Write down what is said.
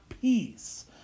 peace